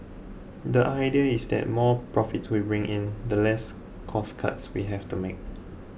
the idea is that more profits we bring in the less cost cuts we have to make